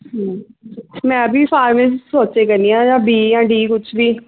ਮੈਂ ਵੀ ਫਾਰਮੈਸੀ ਸੋਚੀ ਕਰਨੀ ਹਾਂ ਜਾਂ ਬੀ ਜਾਂ ਡੀ ਕੁਛ ਵੀ